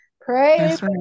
praise